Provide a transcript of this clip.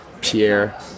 Pierre